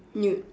you